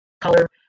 color